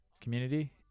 community